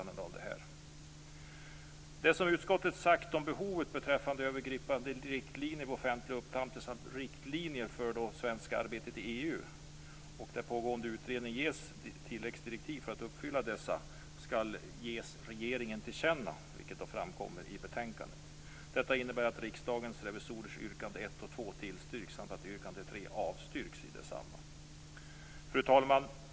Det som utskottet sagt om behovet av övergripande riktlinjer vid offentlig upphandling samt riktlinjer för det svenska arbetet i EU, och där pågående utredning ges tilläggsdirektiv för att uppfylla dessa uppgifter, skall ges regeringen till känna, vilket framkommer i betänkandet. Detta innebär att Riksdagens revisorers yrkande 1 och 2 tillstyrks samt att yrkande Fru talman!